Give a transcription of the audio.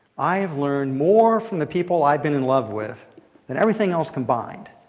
i have learned more from the people i've been in love with than everything else combined,